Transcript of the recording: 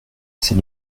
ces